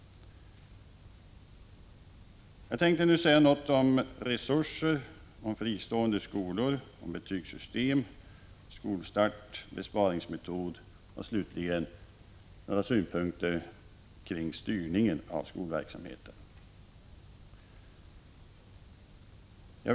Jag skall nu säga något om resurser, om fristående skolor, om betygssystem, skolstart och besparingsmetod samt slutligen framföra några synpunkter på styrningen av skolverksamheten.